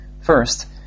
First